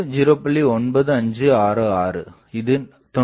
9566 இது 95